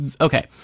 okay